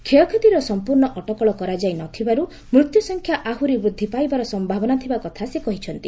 କ୍ଷୟକ୍ଷତିର ସଂପୂର୍ଣ୍ଣ ଅଟକଳ କରାଯାଇ ନଥିବାରୁ ମୃତ୍ୟୁସଂଖ୍ୟା ଆହୁରି ବୃଦ୍ଧି ପାଇବାର ସମ୍ଭାବନା ଥିବା କଥା ସେ କହିଛନ୍ତି